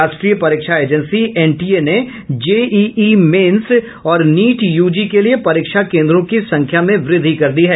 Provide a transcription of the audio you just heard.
राष्ट्रीय परीक्षा agency NTA ने जेईई मेन्स और नीट यूजी के लिए परीक्षा केन्द्रों की संख्या में वृद्धि कर दी है